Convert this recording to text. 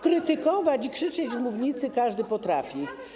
Krytykować i krzyczeć z mównicy każdy potrafi.